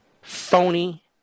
phony